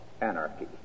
anarchy